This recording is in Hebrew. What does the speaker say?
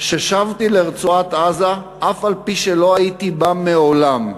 ששבתי לרצועת-עזה אף-על-פי שלא הייתי בה מעולם.